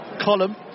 column